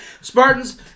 Spartans